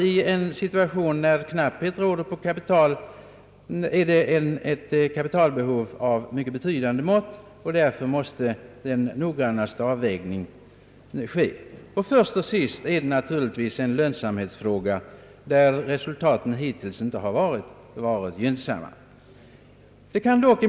I en situation där det råder knapphet på kapital måste en noggrann avvägning ske. Först och sist är det naturligtvis en lönsamhetsfråga, och kalkylerna har hittills inte varit gynnsamma.